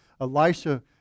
Elisha